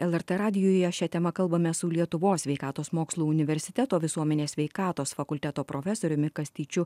lrt radijuje šia tema kalbamės su lietuvos sveikatos mokslų universiteto visuomenės sveikatos fakulteto profesoriumi kastyčiu